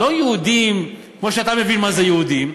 לא יהודים כמו שאתה מבין מה זה יהודים,